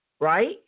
right